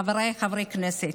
חבריי חברי הכנסת,